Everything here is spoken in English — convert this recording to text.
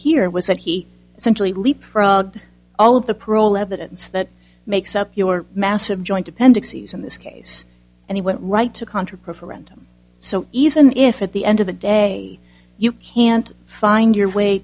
here was that he simply leapfrog all of the parole evidence that makes up your massive joint dependencies in this case and he went right to contra profer random so even if at the end of the day you can't find your way